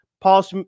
Paul